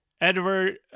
Edward